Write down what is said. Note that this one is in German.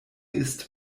isst